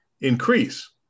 increase